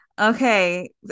Okay